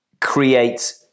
create